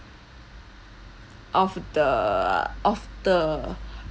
of the of the